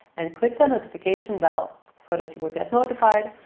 and click the notification bell, so that you would get notified,